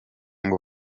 ngo